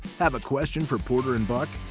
have a question for porter and buck?